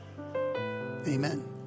Amen